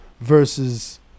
versus